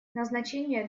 назначения